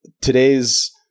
today's